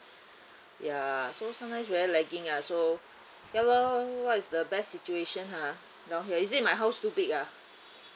ya so sometimes very lagging ah so ya lor what is the best situation ha down here is it my house too big ah